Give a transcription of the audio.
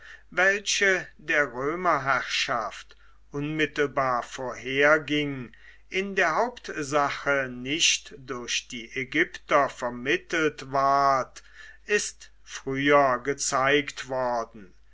welche der römerherrschaft unmittelbar vorherging in der hauptsache nicht durch die ägypter vermittelt ward ist früher gezeigt worden